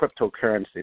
cryptocurrency